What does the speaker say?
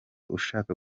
ushaka